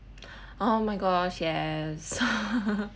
oh my gosh yes